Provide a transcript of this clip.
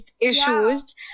issues